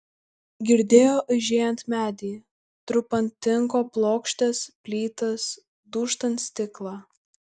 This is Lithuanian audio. girdėjo aižėjant medį trupant tinko plokštes plytas dūžtant stiklą